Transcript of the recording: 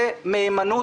כלומר מהימנות,